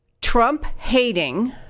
Trump-hating